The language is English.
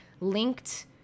linked